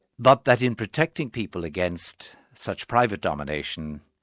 but that in protecting people against such private domination,